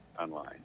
online